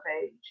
page